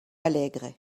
alegre